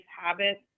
habits